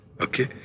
okay